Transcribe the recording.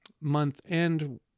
month-end